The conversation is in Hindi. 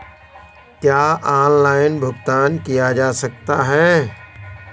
क्या ऑनलाइन भुगतान किया जा सकता है?